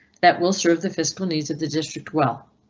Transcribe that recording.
that will serve the physical needs of the district well.